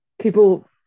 people